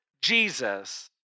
Jesus